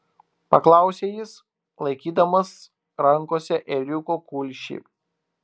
paklausė jis laikydamas rankose ėriuko kulšį